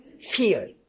fear